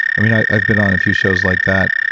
i mean i've been on a few shows like that.